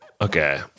Okay